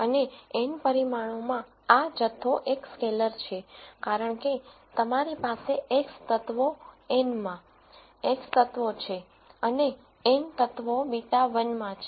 અને n પરિમાણોમાં આ જથ્થો એક સ્કેલેર છે કારણ કે તમારી પાસે X તત્વો n માં X તત્વો છે અને n તત્વો β1 માં છે